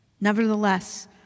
Nevertheless